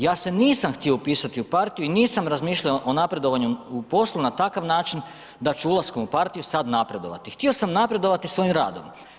Ja se nisam htio upisati u partiju i nisam razmišljao o napredovanju u poslu na takav način da ću ulaskom u partiju sad napredovati, htio sam napredovati svojim radom.